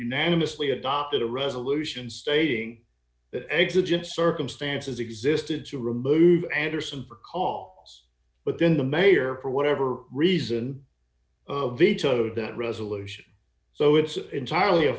unanimously adopted a resolution stating that exit circumstances existed to remove anderson per call but then the mayor for whatever reason vetoed that resolution so it's entirely a